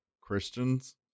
Christians